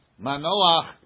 Manoach